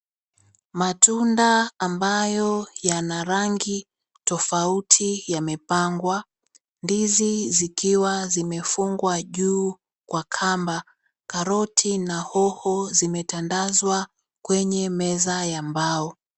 Matunda ambayo yana rangi tofauti yamepangwa, ndizi zikiwa zimefungwa juu kwa kamba, karoti na hoho zimetandazwa kwenye meza ya mbao.